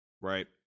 right